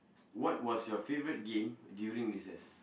what was your favorite game during recess